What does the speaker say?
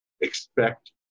expect